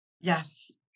Yes